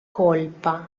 colpa